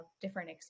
different